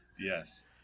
Yes